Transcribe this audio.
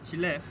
she left